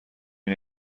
این